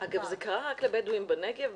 אגב, זה קרה רק לבדואים בנגב?